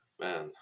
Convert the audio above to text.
man